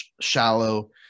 shallow